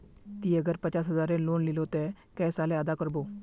ती अगर पचास हजारेर लोन लिलो ते कै साले अदा कर बो?